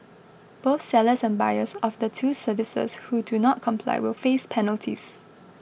both sellers and buyers of the two services who do not comply will face penalties